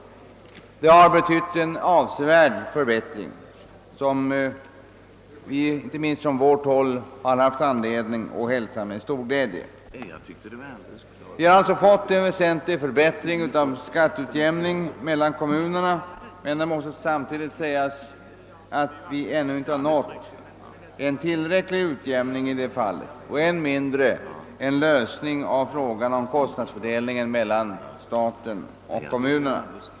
Det har betytt en avsevärd förbättring, som det funnits anledning att hälsa med stor glädje inte minst från vårt håll. Det har alltså ägt rum en väsentlig förbättring när det gäller skatteutjämningen mellan kommunerna, men det måste samtidigt sägas att det ännu inte blivit en tillräcklig utjämning och än mindre en lösning av frågan om kostnadsfördelningen mellan staten och kommunerna.